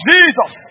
Jesus